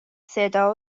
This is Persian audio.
صدا